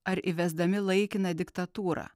ar įvesdami laikiną diktatūrą